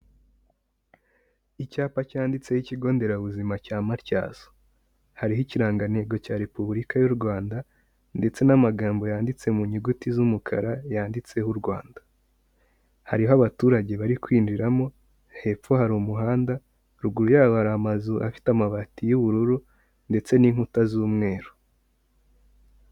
Icyapa cyanditseho ikigo nderabuzima cya Matyazo. Hariho ikirangantego cya Repubulika y'u Rwanda ndetse n'amagambo yanditse mu nyuguti z'umukara, yanditseho u Rwanda. Hariho abaturage bari kwinjiramo, hepfo hari umuhanda, ruguru yabo hari amazu afite amabati y'ubururu ndetse n'inkuta z'umweru.